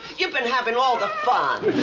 you've been having all the fun. oh,